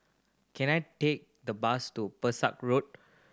can I take the bus to Pesek Road